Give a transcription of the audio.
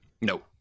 No